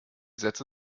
sätze